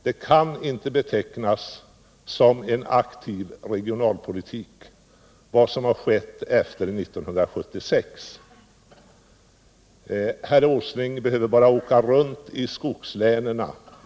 Vad som skett efter 1976 kan inte betecknas som en aktiv regionalpolitik. Herr Åsling behöver bara åka runt i skogslänen —t.ex.